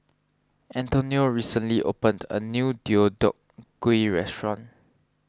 Antonio recently opened a new Deodeok Gui restaurant